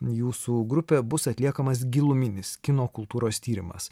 jūsų grupė bus atliekamas giluminis kino kultūros tyrimas